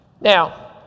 Now